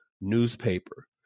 Newspaper